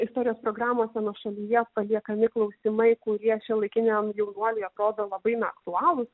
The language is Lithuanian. istorijos programose nuošalyje paliekami klausimai kurie šiuolaikiniam jaunuoliui atrodo labai na aktualūs